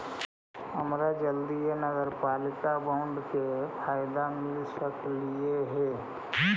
हमरा जल्दीए नगरपालिका बॉन्ड के फयदा मिल सकलई हे